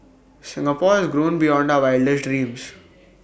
Singapore has grown beyond our wildest dreams